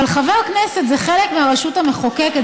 אבל חבר כנסת זה חלק מהרשות המחוקקת,